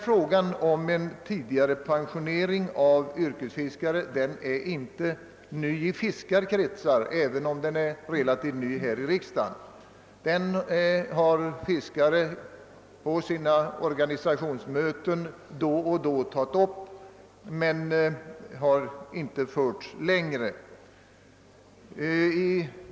Frågan om tidigare pensionering av yrkesfiskare är inte ny i fiskarkretsar, även om den är relativt ny här i riksdagen. På sina organisationsmöten har fiskare då och då tagit upp denna fråga, men den har inte förts längre.